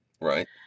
Right